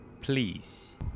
Please